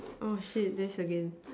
oh shit this again